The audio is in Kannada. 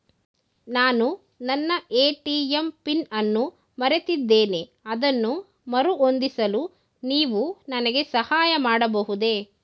ನಾನು ನನ್ನ ಎ.ಟಿ.ಎಂ ಪಿನ್ ಅನ್ನು ಮರೆತಿದ್ದೇನೆ ಅದನ್ನು ಮರುಹೊಂದಿಸಲು ನೀವು ನನಗೆ ಸಹಾಯ ಮಾಡಬಹುದೇ?